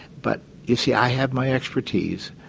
but you see i have my expertise,